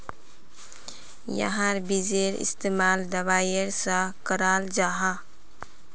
याहार बिजेर इस्तेमाल दवाईर सा कराल जाहा